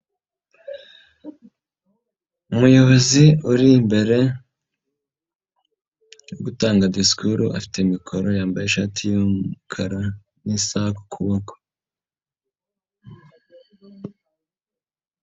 Umuyobozi uri imbere ari gutanga disikuru, afite mikoro, yambaye ishati y'umukara n'isaha ku kuboko.